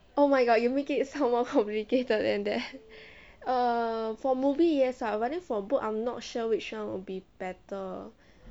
oh my god you make it sound more complicated than that err for movie yes ah but then for book I'm not sure which one would be better